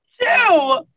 Two